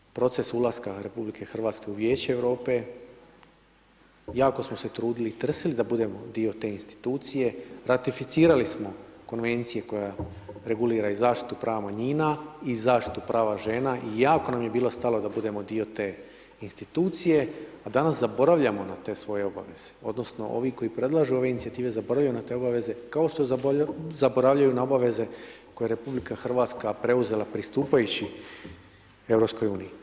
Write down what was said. Imamo proces ulaska RH u vijeće Europe, jako smo se trudili i trsili da budemo dio te institucije, ratificirali smo konvencije koja regulira i zaštitu prava manjina i zaštitu prava žena i jako nam je bilo stalo da budemo dio te institucije, a danas zaboravljamo na te svoje obaveze odnosno ovi koji predlažu ove inicijative, zaboravljaju na te obaveze, kao što zaboravljaju na obaveze koje je RH preuzela pristupajući EU.